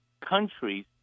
countries